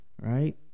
right